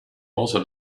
also